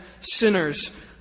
sinners